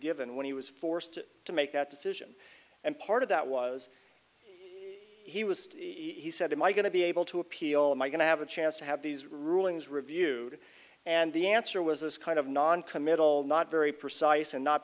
given when he was forced to make that decision and part of that was he was he said in my going to be able to appeal am i going to have a chance to have these rulings reviewed and the answer was this kind of non committal not very precise and not